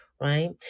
right